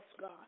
God